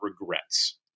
regrets